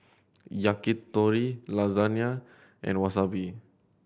Yakitori Lasagna and Wasabi